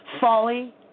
folly